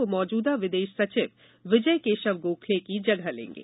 वह मौजूदा विदेश सचिव विजय केशव गोखले की जगह लेंगे